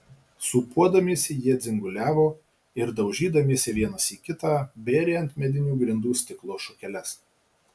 sūpuodamiesi jie dzinguliavo ir daužydamiesi vienas į kitą bėrė ant medinių grindų stiklo šukeles